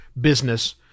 business